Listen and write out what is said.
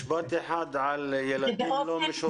משפט אחד על ילדים לא משובצים.